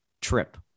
trip